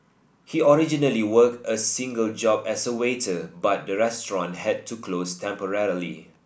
he originally work a single job as a waiter but the restaurant had to close temporarily